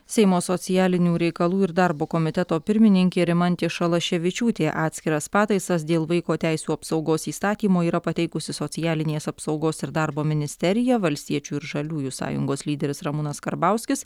seimo socialinių reikalų ir darbo komiteto pirmininkė rimantė šalaševičiūtė atskiras pataisas dėl vaiko teisių apsaugos įstatymo yra pateikusi socialinės apsaugos ir darbo ministerija valstiečių ir žaliųjų sąjungos lyderis ramūnas karbauskis